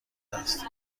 است